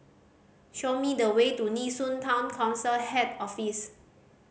show me the way to Nee Soon Town Council Head Office